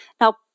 Now